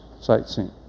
sightseeing